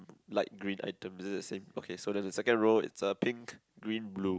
light green item is it the same okay so there's a second row it's a pink green blue